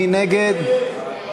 מי נגד?